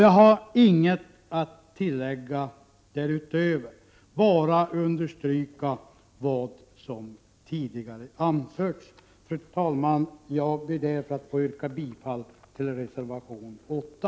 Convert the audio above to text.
Jag har ingenting att tillägga därutöver utan vill bara understryka vad som tidigare har anförts. Fru talman! Jag ber att få yrka bifall till reservation 8.